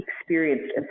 experienced